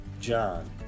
john